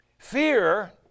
Fear